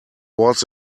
was